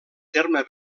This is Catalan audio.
terme